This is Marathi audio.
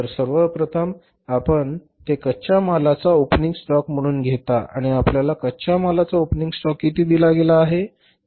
तर सर्व प्रथम आपण ते कच्च्या मालाचा ओपनिंग स्टॉक म्हणून घेता आणि आपल्याला कच्च्या मालाचा ओपनिंग स्टॉक किती दिला गेला आहे